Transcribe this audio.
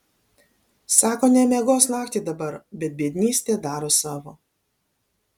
sako nemiegos naktį dabar bet biednystė daro savo